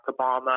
Obama